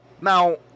Now